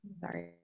Sorry